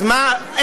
אז מה?